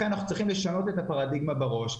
אנחנו צריכים לשנות את הפרדיגמה בראש.